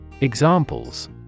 Examples